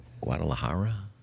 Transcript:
Guadalajara